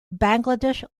bangladesh